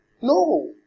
No